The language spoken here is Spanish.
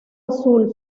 azul